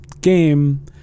game